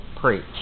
preach